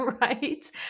Right